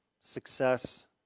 success